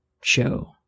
show